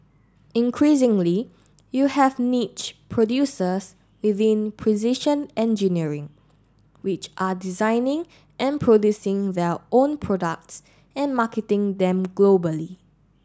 increasingly you have niche producers within precision engineering which are designing and producing their own products and marketing them globally